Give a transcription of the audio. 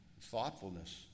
thoughtfulness